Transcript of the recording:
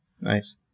Nice